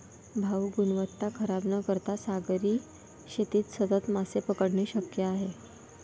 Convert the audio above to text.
भाऊ, गुणवत्ता खराब न करता सागरी शेतीत सतत मासे पकडणे शक्य आहे